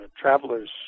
travelers